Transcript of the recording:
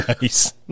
Nice